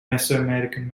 mesoamerican